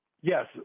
Yes